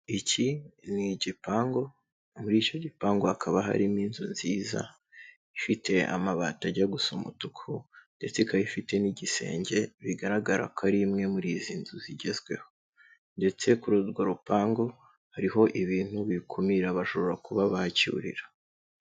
Iki ni igipangu muri icyo gipangu hakaba harimo inzu nziza ifite amabati ajya gu gusa umutuku ndetse ikaba ifite n'igisenge bigaragara ko ari imwe muri izi nzu zigezweho ndetse kuri urwo rupangu hariho ibintu bikumira abajura kuba bacyurira.